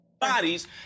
bodies